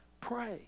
Pray